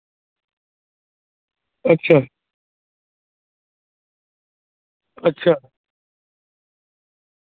اچھا اچھا